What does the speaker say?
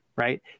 Right